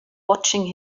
watching